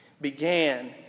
Began